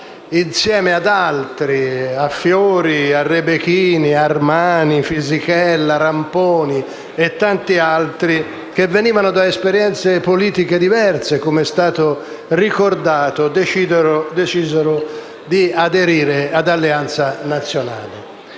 insieme a Fiori, Rebecchini, Armani, Fisichella, Ramponi e tanti altri, che venivano da esperienze politiche diverse - come è stato già ricordato - decise di aderire ad Alleanza Nazionale.